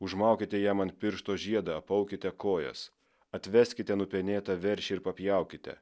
užmaukite jam ant piršto žiedą apaukite kojas atveskite nupenėtą veršį ir papjaukite